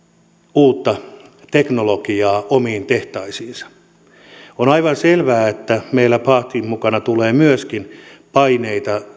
uutta teknologiaa omiin tehtaisiinsa on aivan selvää että meillä batin mukana tulee myöskin paineita